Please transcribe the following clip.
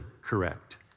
correct